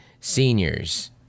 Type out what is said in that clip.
seniors